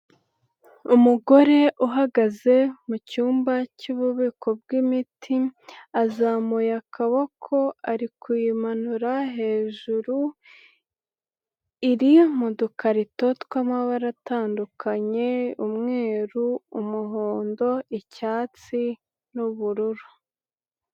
Umugore uhagaze mu cyumba cy'ububiko bw'imiti, azamuye akaboko ari kuyimanura hejuru, iri mu dukarito tw'amabara atandukanye umweru, umuhondo, icyatsi n'ubururu.